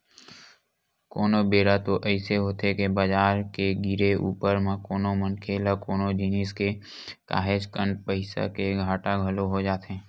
कोनो बेरा तो अइसे होथे के बजार के गिरे ऊपर म कोनो मनखे ल कोनो जिनिस के काहेच कन पइसा के घाटा घलो हो जाथे